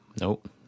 Nope